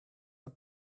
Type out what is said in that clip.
are